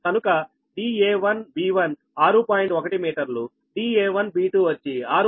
1 మీటర్లు da1b2 వచ్చి 6